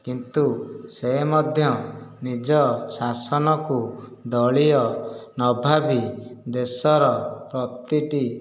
କିନ୍ତୁ ସେ ମଧ୍ୟ ନିଜ ଶାସନକୁ ଦଳୀୟ ନଭାବି ଦେଶର ପ୍ରତିଟି